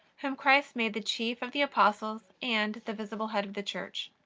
whom christ made the chief of the apostles and the visible head of the church.